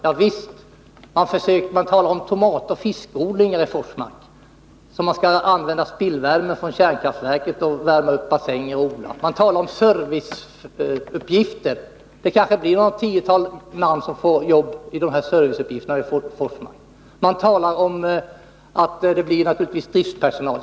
Javisst — man talar om tomatoch fiskodlingar i Forsmark, där man skall använda spillvärme från kärnkraftverket för att värma upp bassängerna, och man talar om serviceuppgifter. Det kanske blir något tiotal man som får jobb i de här serviceuppgifterna i Forsmark. Man talar om att det naturligtvis blir driftspersonal.